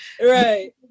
Right